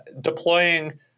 deploying